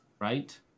right